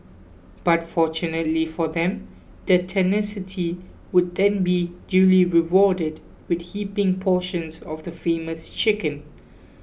but fortunately for them their tenacity would then be duly rewarded with heaping portions of the famous chicken